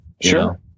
Sure